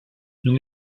non